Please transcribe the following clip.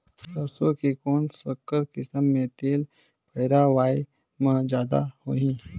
सरसो के कौन संकर किसम मे तेल पेरावाय म जादा होही?